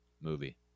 movie